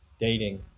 dating